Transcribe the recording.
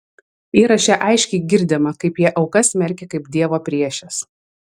įraše aiškiai girdima kaip jie aukas smerkia kaip dievo priešes